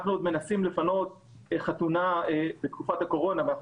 אנחנו מנסים לפנות חתונה בתקופת הקורונה ואנחנו